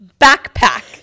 backpack